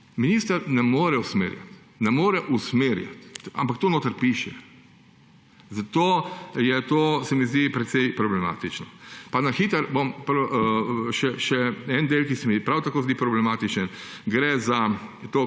Minister ne more usmerjati, ne more usmerjati, ampak to notri piše. Zato se mi zdi to precej problematično. Pa na hitro bom še en del, ki se mi prav tako zdi problematičen. Gre za